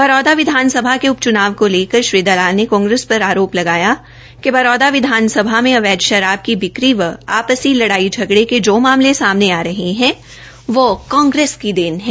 बरोदा विधानसभा के उपच्नाव को लेकर श्री दलाल ने कांग्रेस पर आरोप लगाया कि बरोदा विधानसभा में अवैध शराब की बिक्री व आपसी लड़ाई झगड़े के जो मामले सामने आ रहे हैं वो कांग्रेस की देन है